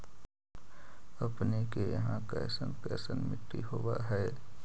अपने के यहाँ कैसन कैसन मिट्टी होब है?